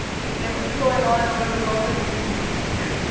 yeah yeah this is going on a little bit longer than doopey expected.